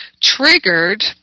triggered